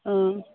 ꯑꯥ